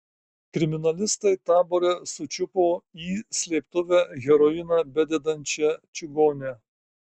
kriminalistai tabore sučiupo į slėptuvę heroiną bededančią čigonę